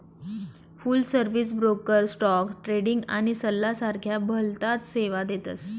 फुल service broker stock trading आणि सल्ला सारख्या भलताच सेवा देतस